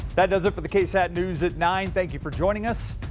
does it for the ksat news at nine. thank you for joining us.